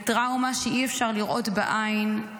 בטראומה שאי-אפשר לראות בעין,